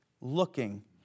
looking